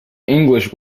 english